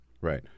Right